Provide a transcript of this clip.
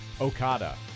Okada